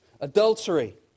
adultery